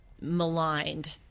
maligned